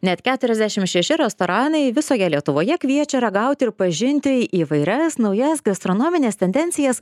net keturiasdešim šeši restoranai visoje lietuvoje kviečia ragauti ir pažinti įvairias naujas gastronomines tendencijas